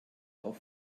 auf